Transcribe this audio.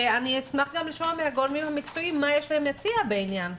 ואני אשמח גם לשמוע מהגורמים המקצועיים מה יש להם להציע בעניין,